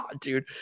dude